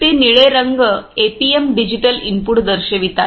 ते निळे रंग एपीएम डिजिटल इनपुट दर्शवितात